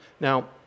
Now